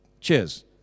Cheers